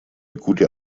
gute